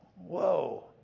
Whoa